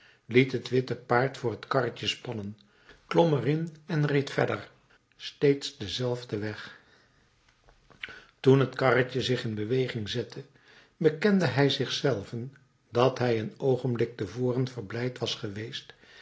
liet het witte paard voor het karretje spannen klom er in en reed verder steeds denzelfden weg toen het karretje zich in beweging zette bekende hij zich zelven dat hij een oogenblik te voren verblijd was geweest